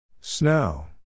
Snow